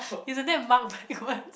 isn't that marked backwards